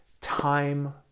time